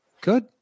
Good